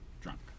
drunk